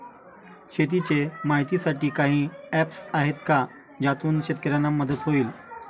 शेतीचे माहितीसाठी काही ऍप्स आहेत का ज्यातून शेतकऱ्यांना मदत होईल?